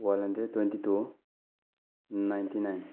one hundred twenty two ninety nine